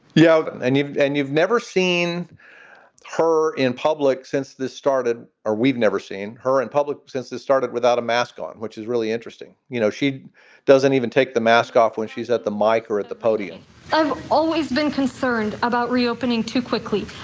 yeah and and you and you've never seen her in public since this started or. we've never seen her in public since this started without a mask on, which is really interesting. you know, she doesn't even take the mask off when she's at the mike or at the podium i've always been concerned about re-opening too quickly.